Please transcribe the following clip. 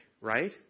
Right